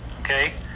okay